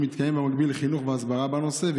יתקיים במקביל חינוך והסברה בנושא?